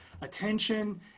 attention